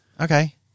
Okay